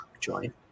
join